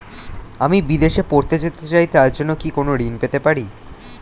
আমি বিদেশে পড়তে যেতে চাই তার জন্য কি কোন ঋণ পেতে পারি?